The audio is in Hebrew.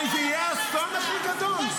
הרי זה יהיה האסון הכי גדול.